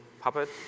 puppet